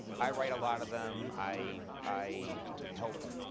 i write a lot of them. i i help